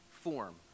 form